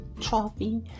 trophy